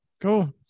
Cool